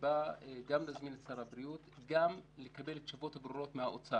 שאליה נזמין גם את שר הבריאות וגם נקבל תשובות ברורות מהאוצר.